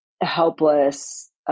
helpless